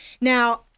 Now